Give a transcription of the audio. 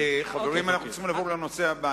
חברים, אנחנו צריכים לעבור לנושא הבא.